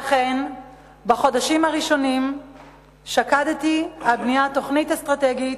ואכן בחודשים הראשונים שקדתי על בניית תוכנית אסטרטגית,